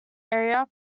area